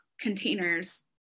containers